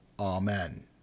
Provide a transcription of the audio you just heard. Amen